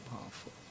powerful